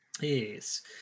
Yes